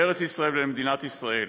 לארץ ישראל ולמדינת ישראל.